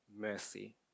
mercy